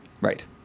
Right